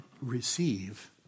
receive